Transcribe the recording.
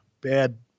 bad